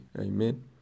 Amen